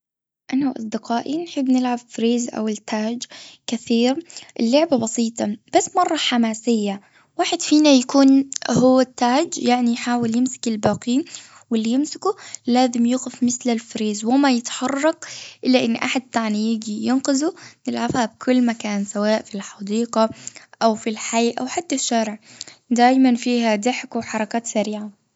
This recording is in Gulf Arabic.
انا واصدقائي بنحب نلعب فريز أو التاج كثير. اللعبة بسيطة بس مرة حماسية. واحد فينا يكون هو التاج يعني يحاول يمسك الباقين واللي يمسكه لازم يوقف مثل الفريز وما يتحرك الأ أن أحد تاني ييجي ينقذه نلعبها في كل مكان سواء الحديقة أو في الحي أو حتى الشارع. دايما فيها ضحك وحركات سريعة.